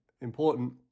important